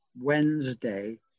Wednesday